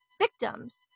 victims